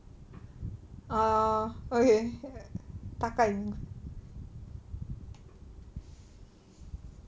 orh okay 大概